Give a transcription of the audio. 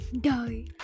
die